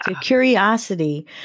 Curiosity